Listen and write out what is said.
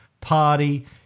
party